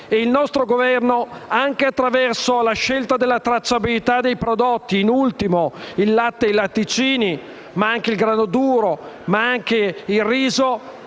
Il nostro Governo, anche attraverso la scelta della tracciabilità dei prodotti, in ultimo il latte e i latticini, ma anche il grano duro e il riso,